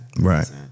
Right